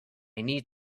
need